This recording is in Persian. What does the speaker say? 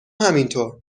همینطور